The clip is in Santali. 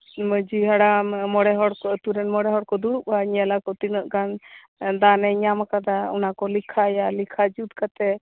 ᱢᱟᱡᱷᱤ ᱦᱟᱲᱟᱢ ᱢᱚᱬᱮ ᱦᱚᱲ ᱠᱚ ᱟᱛᱩᱨᱮᱱ ᱢᱚᱬᱮ ᱦᱚᱲ ᱠᱚ ᱫᱩᱲᱩᱵ ᱟᱠᱚ ᱧᱮ ᱞᱟᱠᱚ ᱛᱤᱱᱟᱹᱜ ᱜᱟᱱ ᱫᱟᱱᱮ ᱧᱟᱢ ᱟᱠᱟᱫᱟ ᱚᱱᱟᱠᱚ ᱞᱮᱠᱷᱟᱭᱟ ᱞᱮᱠᱷᱟ ᱡᱩᱛ ᱠᱟᱛᱮᱫ